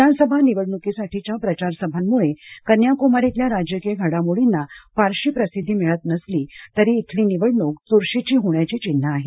विधानसभा निवडणुकीसाठीच्या प्रचार सभांमुळं कन्याकुमारीतल्या राजकीय घडामोडींना फारशी प्रसिद्धी मिळत नसली तरी इथली निवडणूक चुरशीची होण्याची चिन्ह आहेत